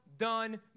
done